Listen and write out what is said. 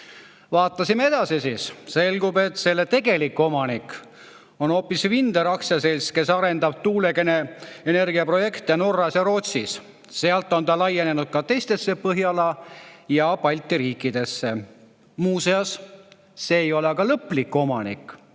Vaatasime edasi siis. Selgub, et selle tegelik omanik on Vindr aktsiaselts, kes arendab tuuleenergiaprojekte Norras ja Rootsis. Sealt on ta laienenud ka teistesse Põhjala ja Balti riikidesse. Muuseas, see ei ole ka lõplik omanik,